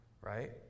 right